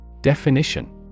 Definition